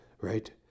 right